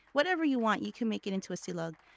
whatever you want, you can make it into a silog.